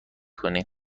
کنی